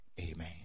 amen